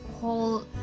whole